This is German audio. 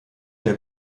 der